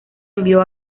envió